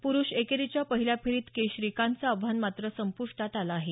प्रुष एकेरीच्या पहिल्या फेरीत के श्रीकांतचं आव्हान मात्र संप्ष्टात आलं आहे